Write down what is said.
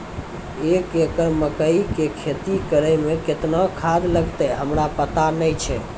एक एकरऽ मकई के खेती करै मे केतना खाद लागतै हमरा पता नैय छै?